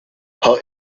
herr